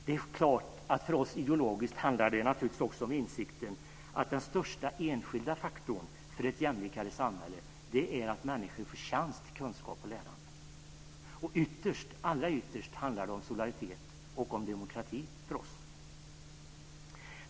Det är klart att det för oss ideologiskt också handlar om insikten att den största enskilda faktorn för ett jämlikare samhälle är att människor får en chans till kunskap och lärande. Allra ytterst handlar det för oss om solidaritet och om demokrati.